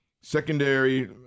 Secondary